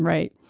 right.